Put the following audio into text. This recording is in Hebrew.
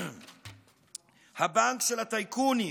הבנק של הטייקונים.